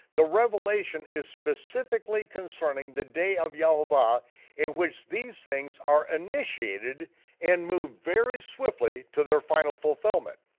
the revelation is specifically concerning the day of yehovah in which these things are initiated and move very swiftly to their final fulfillment.